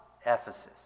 Ephesus